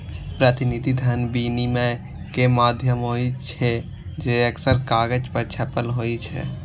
प्रतिनिधि धन विनिमय के माध्यम होइ छै, जे अक्सर कागज पर छपल होइ छै